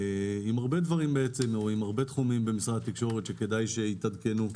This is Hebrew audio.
עם הרבה דברים והרבה תחומים במשרד התקשורת שכדאי שיתעדכנו.